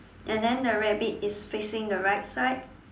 and then the rabbit is facing the right side